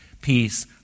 peace